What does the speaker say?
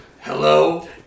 Hello